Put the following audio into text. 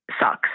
sucks